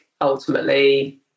ultimately